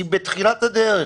זאת אומרת,